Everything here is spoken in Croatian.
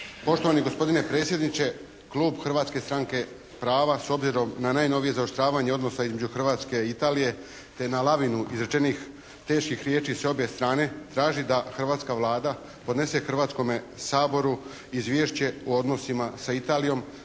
Poštovani gospodine predsjedniče, klub Hrvatske stranke prava s obzirom na najnovije zaoštravanje odnosa između Hrvatske i Italije te na Labinu izrečenih teških riječi s obje strane traži da hrvatska Vlada podnese Hrvatskome saboru izvješće o odnosima sa Italijom